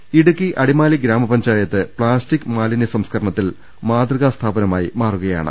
രുവ്പ്പെടു ഇടുക്കി അടിമാലി ഗ്രാമപഞ്ചായത്ത് പ്ലാസ്റ്റിക് മാലിന്യ സംസ്കരണ ത്തിൽ മാതൃകാ സ്ഥാപനമായി മാറുകയാണ്